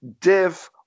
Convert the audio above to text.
div